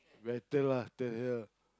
better lah tell her